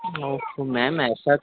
او فو میم ایسا تو